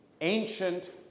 ancient